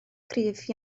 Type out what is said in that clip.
cryf